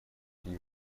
будет